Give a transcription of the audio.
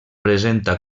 presenta